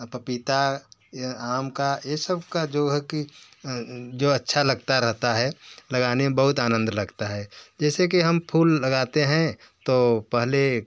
पपीता या आम का ये सब का जो है कि जो अच्छा लगता रहता है लगाने में बहुत आनंद लगता है जैसे कि हम फूल लगाते हैं तो पहले एक